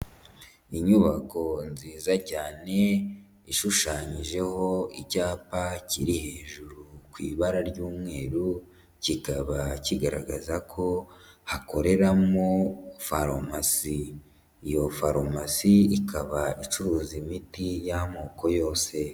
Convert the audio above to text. Inyubako nziza cyane ishushanyijeho icyapa kiri hejuru ku ibara ry'umweru, kikaba kigaragaza ko hakoreramo farumasi. Iyo farumasi ikaba icuruza imiti y'amoko yose.